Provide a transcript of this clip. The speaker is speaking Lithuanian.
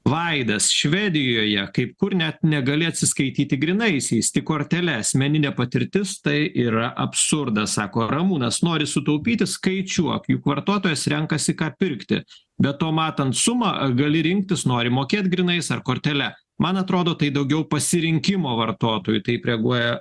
vaidas švedijoje kaip kur net negali atsiskaityti grynaisiais tik kortele asmeninė patirtis tai yra absurdas sako ramūnas nori sutaupyti skaičiuok juk vartotojas renkasi ką pirkti be to matant sumą gali rinktis nori mokėt grynais ar kortele man atrodo tai daugiau pasirinkimo vartotojui taip reaguoja